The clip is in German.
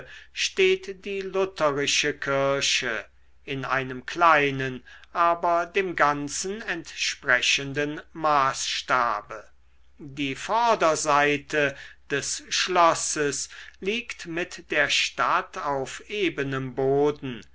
steht die lutherische kirche in einem kleinen aber dem ganzen entsprechenden maßstabe die vorderseite des schlosses liegt mit der stadt auf ebenem boden